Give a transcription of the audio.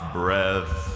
breath